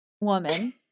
woman